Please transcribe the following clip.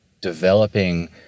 developing